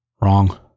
Wrong